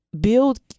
build